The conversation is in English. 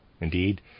Indeed